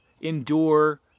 endure